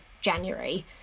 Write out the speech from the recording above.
January